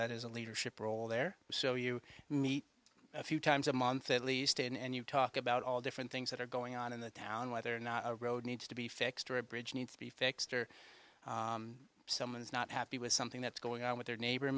that is a leadership role there so you meet a few times a month at least and you talk about all different things that are going on in the town whether or not a road needs to be fixed or a bridge needs to be fixed or someone is not happy with something that's going on with their neighbor